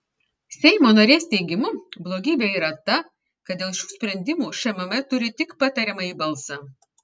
seimo narės teigimu blogybė yra ta kad dėl šių sprendimų šmm turi tik patariamąjį balsą